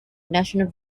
national